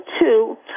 two